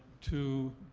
to